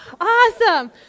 awesome